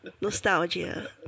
nostalgia